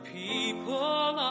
people